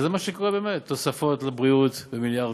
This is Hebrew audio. וזה מה שקורה באמת: תוספות לבריאות במיליארדים,